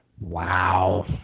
Wow